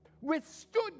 withstood